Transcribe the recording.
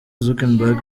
zuckerberg